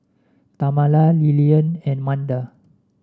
Tamela Lilyan and Manda